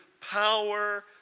power